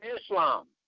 Islam